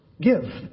give